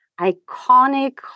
iconic